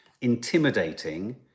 intimidating